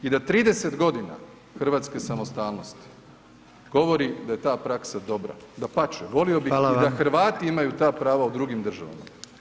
I da 30 g. hrvatske samostalnosti govori da je ta praksa dobra, dapače, volio bih i da Hrvati imaju ta prava u drugim državama.